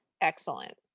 excellent